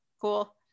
cool